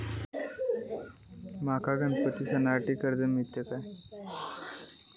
माका गणपती सणासाठी कर्ज मिळत काय?